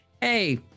hey